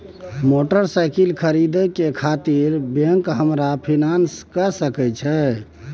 Motorcycle खरीदे खातिर bank हमरा फिनांस कय सके छै?